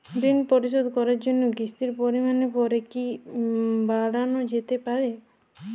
ঋন পরিশোধ করার জন্য কিসতির পরিমান পরে কি বারানো যেতে পারে?